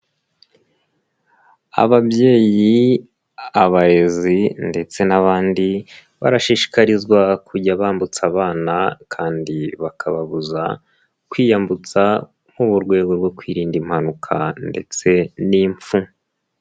Ababyeyi, abarezi ndetse n'abandi, barashishikarizwa kujya bambutsa abana, kandi bakababuza kwiyambutsa, nko mu rwego rwo kwirinda impanuka ndetse n'impfu.